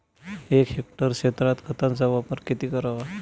एक हेक्टर क्षेत्रात खताचा वापर किती करावा?